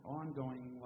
ongoing